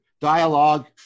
Dialogue